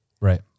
Right